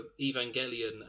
Evangelion